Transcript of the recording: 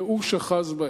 ייאוש אחז בהם.